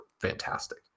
fantastic